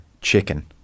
chicken